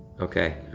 okay